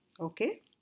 Okay